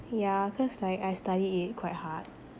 yeah cause like I studied it quite hard